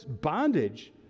bondage